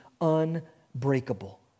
unbreakable